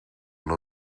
are